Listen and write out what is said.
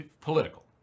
political